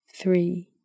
three